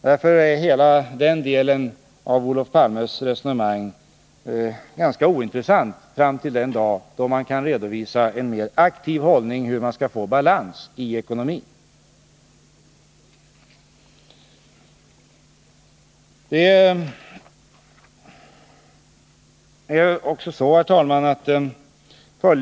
Därför är hela den delen av Olof Palmes resonemang ganska ointressant fram till den dag då man kan redovisa en mer aktiv hållning till de problem som sammanhänger med hur man skall kunna få balans i ekonomin.